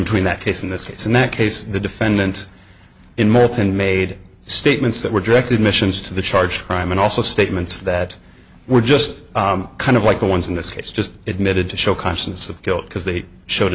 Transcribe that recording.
between that case in this case and that case the defendant in multan made statements that were directed missions to the charged crime and also statements that were just kind of like the ones in this case just admitted to show consciousness of guilt because they showed